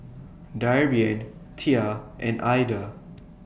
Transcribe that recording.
Darien Tia and Aida